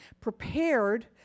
prepared